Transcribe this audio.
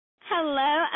Hello